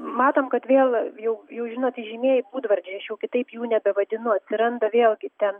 matom kad vėl jau jūs žinot įžymieji būdvardžiai aš jau kitaip jų nebevadinu atsiranda vėlgi ten